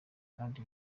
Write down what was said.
kandi